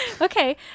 Okay